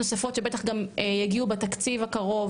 נוספות שבטח גם יגיעו בתקציב הקרוב,